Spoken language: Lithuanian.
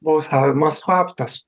balsavimas slaptas